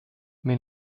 mais